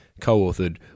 co-authored